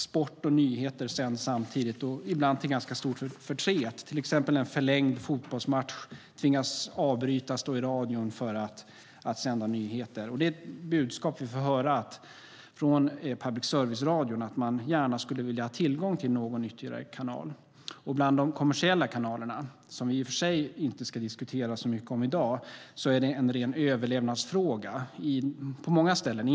Sport och nyheter sänds samtidigt, ibland till ganska stor förtret, till exempel när en förlängd fotbollsmatch tvingas avbrytas i radion för att nyheter ska sändas. Det är ett budskap vi får höra från public service-radion att man gärna skulle vilja ha tillgång till någon ytterligare kanal. Bland de kommersiella kanalerna, som vi i och för sig inte ska diskutera så mycket i dag, är det en ren överlevnadsfråga på många ställen.